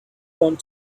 want